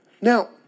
Now